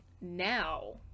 Now